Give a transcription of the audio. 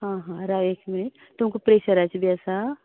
आहा रांव एक मिनीट तुमकां प्रेशराचे बी आसा